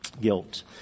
Guilt